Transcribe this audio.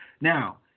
Now